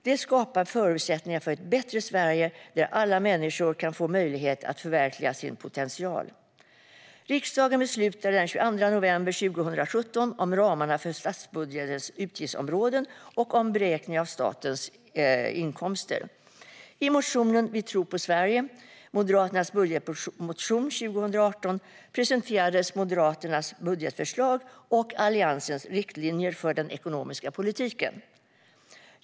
Det skapar förutsättningar för ett bättre Sverige där alla människor kan få möjlighet att förverkliga sin potential. Riksdagen beslutade den 22 november 2017 om ramarna för statsbudgetens utgiftsområden och om beräkning av statens inkomster. I motionen Vi tror på Sverige - Moderaternas budgetmotion för 2018 - presenterades Moderaternas budgetförslag och Alliansens riktlinjer för den ekonomiska politiken.